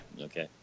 okay